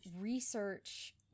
research